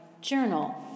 journal